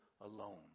alone